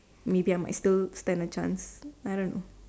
maybe I might still stand a chance I don't know